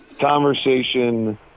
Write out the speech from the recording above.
conversation